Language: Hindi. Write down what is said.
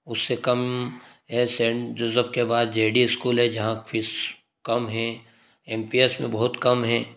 उससे कम कम है सेंट जोसेफ के बाद जे डी इस्कूल है जहाँ क फीस कम है एम पी एस में बहुत कम है